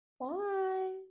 Bye